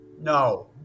No